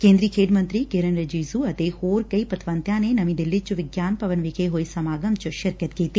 ਕੇਦਰੀ ਖੇਡ ਮੰਤਰੀ ਕਿਰਨ ਰੀਜਿਜ੍ਜ ਅਤੇ ਹੋਰ ਕਈ ਪੰਤਵਤਿਆਂ ਨੇ ਨਵੀ ਦਿੱਲੀ ਚ ਵਿਗਿਆਨ ਭਵਨ ਵਿਖੇ ਹੋਏ ਸਮਾਗਮ ਚ ਸ਼ਿਰਕਤ ਕੀਤੀ